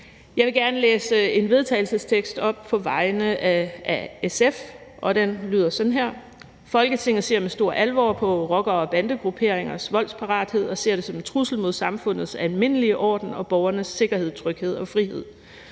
den lyder sådan her: Forslag til vedtagelse »Folketinget ser med stor alvor på rockere og bandegrupperingers voldsparathed og ser det som en trussel mod samfundets almindelige orden og borgernes sikkerhed, tryghed og frihed.